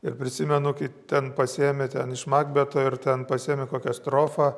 ir prisimenu kai ten pasiėmė ten iš makbeto ir ten pasiėmė kokią strofą